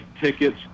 tickets